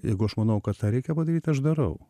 jeigu aš manau kad tą reikia padaryt aš darau